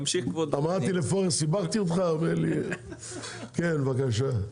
כן בבקשה.